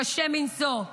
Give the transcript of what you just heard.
קשה מנשוא.